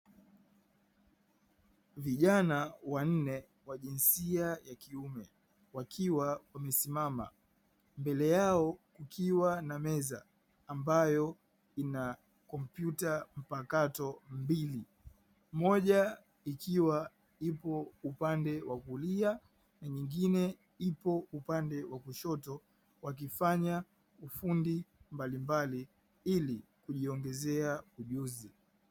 Vijana wanne wa jinsia ya kiume wakiwa wamesimama, mbele yao ikiwa na meza ambayo inapita makato moja ikiwa ipo upande wa kulia na nyingine ipo upande wa kushoto, wakifanya ufundi mbalimbali kujiongezea ujuzi.